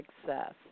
success